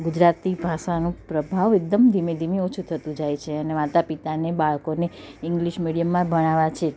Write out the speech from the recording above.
ગુજરાતી ભાષાનો પ્રભાવ એકદમ ધીમે ધીમે ઓછો થતો જાય છે અને માતાપિતાને બાળકોને ઇંગ્લિશ મીડિયમમાં ભણાવવા છે